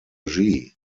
regie